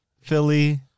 Philly